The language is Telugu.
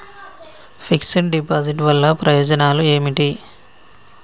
ఫిక్స్ డ్ డిపాజిట్ వల్ల ప్రయోజనాలు ఏమిటి?